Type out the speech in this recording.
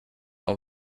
all